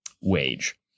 wage